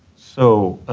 so,